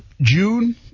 June